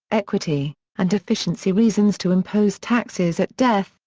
equity, and efficiency reasons to impose taxes at death,